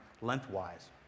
lengthwise